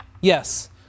Yes